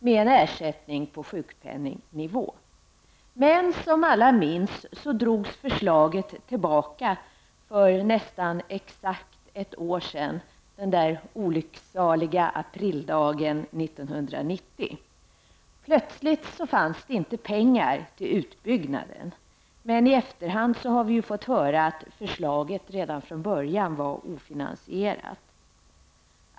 Men som alla minns drogs förslaget tillbaka för nästan exakt ett år sedan, den där olyckssaliga aprildagen 1990. Plötsligt fanns det inte pengar till utbyggnaden. Men i efterhand har vi fått höra att förslaget redan från början var ofinansierat.